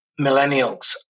millennials